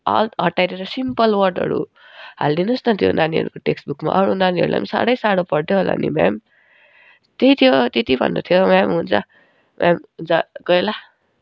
hot हटाएर simple वर्डहरू हालिदिनुहोस् न त्यो नानीहरूको टेक्स्ट बुकमा अरू नानीहरूलाई पनि साह्रै साह्रो पर्दै होला नि म्याम त्यही थियो त्यति भन्नु थियो म्याम हुन्छ म्याम हुन्छ गएँ ल